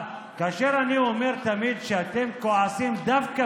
כאשר אני אומר תמיד שאתם כועסים דווקא